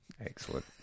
Excellent